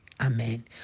Amen